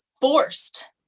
forced